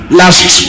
last